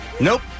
Nope